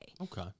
Okay